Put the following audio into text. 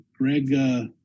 Greg